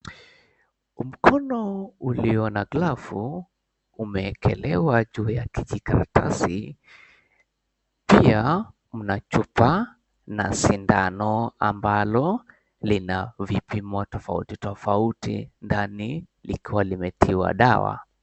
Mkono ulio na glavu umewekelewa juu ya kijikaratasi pia mna chupa na sindano ambalo lina vipimo tofauti tofauti ndani likiwa limetiwa dawa.